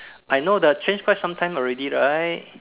I know the change quite some time already right